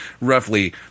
roughly